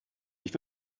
ich